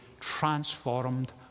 transformed